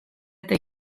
eta